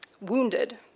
wounded